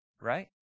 right